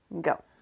Go